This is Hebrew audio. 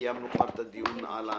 וקיימנו את הדיון הזה.